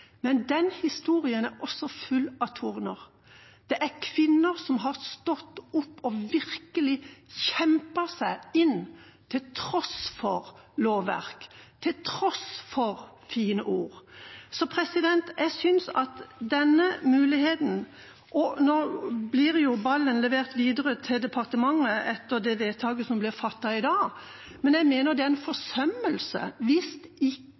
men den historien er også full av torner. Det er kvinner som har stått opp og virkelig kjempet seg inn til tross for lovverk, til tross for fine ord. Nå blir jo ballen sendt videre til departementet etter det vedtaket som blir fattet i dag, men jeg mener det er en